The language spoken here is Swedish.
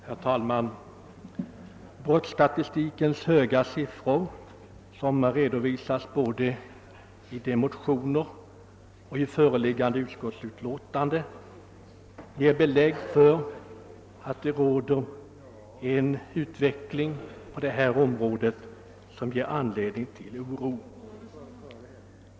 Herr talman! Brottsstatistikens höga siffror, som har redovisats både i motionerna och i föreliggande utskottsutlåtande, ger belägg för att utvecklingen på detta område utgör anledning till oro.